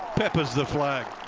peppers the flag.